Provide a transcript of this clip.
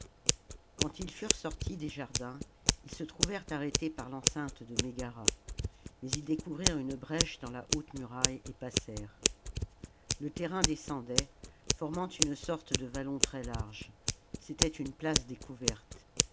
quand ils furent sortis des jardins ils se trouvèrent arrêtés par l'enceinte de mégara mais ils découvrirent une brèche dans la haute muraille et passèrent le terrain descendait formant une sorte de vallon très lareje c'était une place découverte